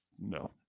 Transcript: No